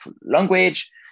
language